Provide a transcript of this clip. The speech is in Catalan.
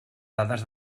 dades